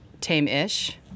tame-ish